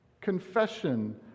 confession